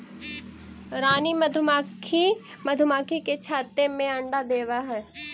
रानी मधुमक्खी मधुमक्खी के छत्ते में अंडा देवअ हई